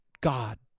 God